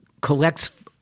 collects